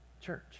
church